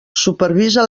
supervisa